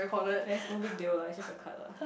there is no big deal lah it's just a card lah